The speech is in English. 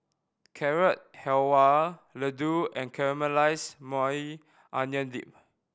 Carrot Halwa Ladoo and Caramelized Maui Onion Dip